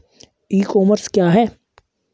ई commerce क्या है?